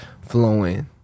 flowing